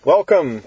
Welcome